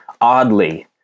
oddly